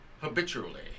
habitually